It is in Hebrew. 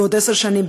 בעוד עשר שנים,